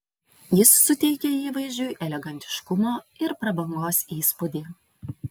jis suteikia įvaizdžiui elegantiškumo ir prabangos įspūdį